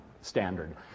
standard